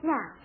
Now